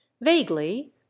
Vaguely